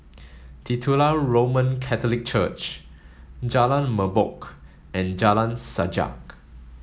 Titular Roman Catholic Church Jalan Merbok and Jalan Sajak